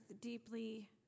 deeply